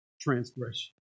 transgression